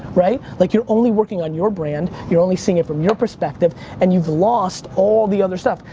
right? like you're only working on your brand, you're only seeing it from your perspective and you've lost all the other stuff.